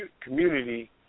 community